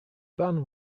ban